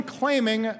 claiming